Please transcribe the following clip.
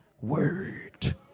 word